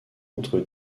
entre